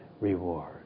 reward